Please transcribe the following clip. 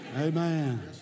Amen